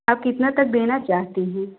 आप कितना तक देना चाहती हैं